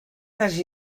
les